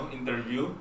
interview